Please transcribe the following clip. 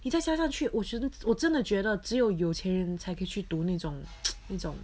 一再加上去我觉得我真的觉得只有有钱人才可以去读那种 那种